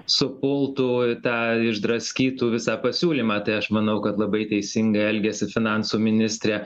supultų tą išdraskytų visą pasiūlymą tai aš manau kad labai teisingai elgiasi finansų ministrė